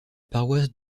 paroisse